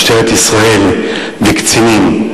משטרת ישראל וקצינים.